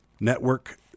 network